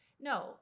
No